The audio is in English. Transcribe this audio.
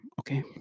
okay